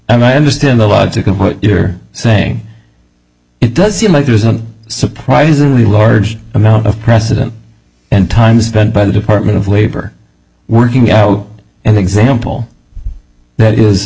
and i understand the logic of what you're saying it does seem like there's a surprisingly large amount of precedent and time spent by the department of labor working you know in the example that is